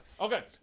Okay